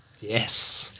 Yes